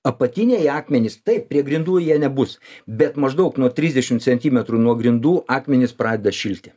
apatiniai akmenys taip prie grindų jie nebus bet maždaug nuo trisdešim centimetrų nuo grindų akmenys pradeda šilti